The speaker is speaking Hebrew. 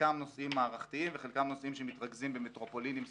חלקם נושאים מערכתיים וחלקם נושאים שמתרכזים במטרופולינים ספציפיים.